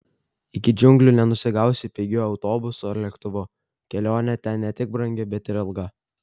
iki džiunglių nenusigausi pigiu autobusu ar lėktuvu kelionė ten ne tik brangi bet ir ilga